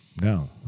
No